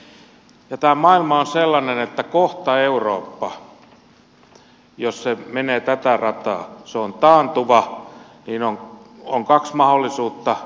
ja tämä maailma on sellainen että kun kohta eurooppa jos se menee tätä rataa on taantuva niin on kaksi mahdollisuutta